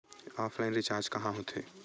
Offline recharge कहां होथे?